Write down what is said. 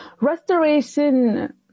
Restoration